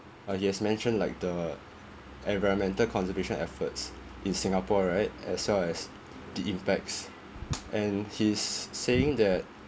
uh he has mentioned like the environmental conservation efforts in singapore right as well as the impacts and he is saying that